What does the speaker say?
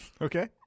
Okay